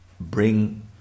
bring